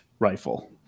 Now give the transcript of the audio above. rifle